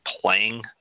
playing